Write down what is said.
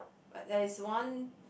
but there is one